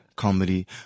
comedy